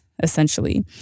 essentially